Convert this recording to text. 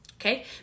Okay